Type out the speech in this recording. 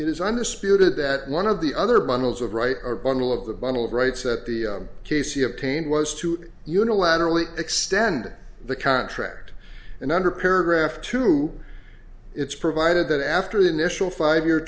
is under spirited that one of the other bundles of right or bundle of the bundle of rights that the k c obtained was to unilaterally extend the contract and under paragraph two it's provided that after the initial five y